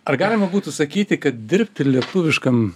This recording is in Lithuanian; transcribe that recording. ar galima būtų sakyti kad dirbti lietuviškam